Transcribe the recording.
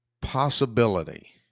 possibility